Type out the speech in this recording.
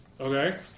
Okay